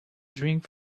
drink